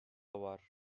var